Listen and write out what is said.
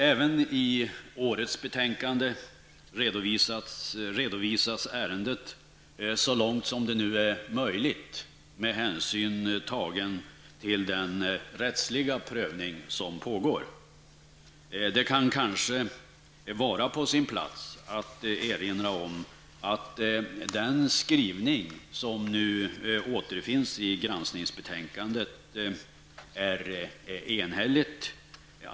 Även i årets betänkande redovisas ärendet så långt som det nu är möjligt med hänsyn tagen till den rättsliga prövning som pågår. Det kan kanske vara på sin plats att erinra om att den skrivning som nu återfinns i granskningsbetänkandet är enhällig.